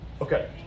Okay